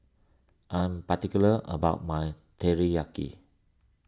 I am particular about my Teriyaki